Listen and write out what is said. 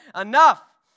Enough